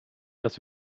das